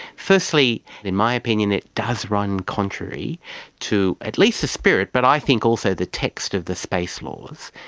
firstly in my opinion it does run contrary to at least the spirit but i think also the text of the space laws.